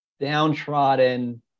downtrodden